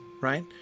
right